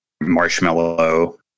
marshmallow